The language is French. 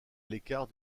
l’écart